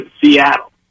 Seattle